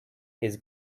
his